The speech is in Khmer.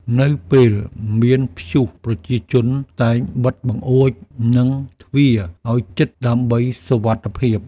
នៅពេលមានព្យុះ ប្រជាជនតែងបិទបង្អួច និងទ្វារឱ្យជិតដើម្បីសុវត្ថិភាព។